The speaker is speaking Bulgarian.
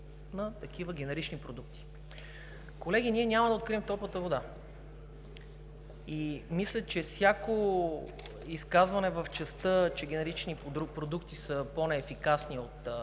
на такива генерични продукти. Колеги, ние няма да открием топлата вода. Мисля, че всяко изказване в частта, че генеричните продукти са по-неефикасни от